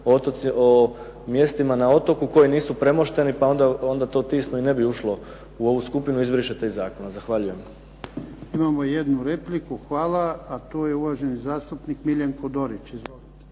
o mjestima na otoku koji nisu premošteni, pa onda to Tisno i ne bi ušlo u ovu skupinu izbrišete iz zakona. Zahvaljujem. **Jarnjak, Ivan (HDZ)** Imamo jednu repliku. Hvala. A to je uvaženi zastupnik Miljenko Dorić. Izvolite.